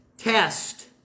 Test